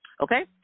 Okay